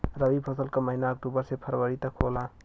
रवी फसल क महिना अक्टूबर से फरवरी तक होला